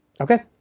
Okay